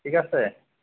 ঠিক আছে